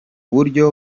buryo